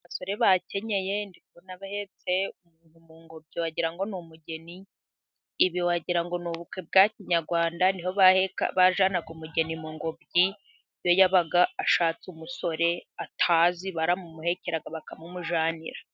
Abasore bakenye ndikubona bahetse umuntu mu ngobyi wagira ngo ni umugeni. Ibi wagira ngo ni ubukwe bwa kinyarwanda, ni ho bajyanaga umugeni mu ngobyi. Iyo yabaga ashatse umusore atazi baramumuhekeraga bakamumujyanira.